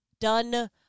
done